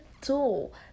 tool